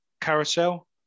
carousel